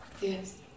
Yes